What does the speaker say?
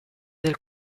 del